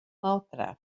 maltrafas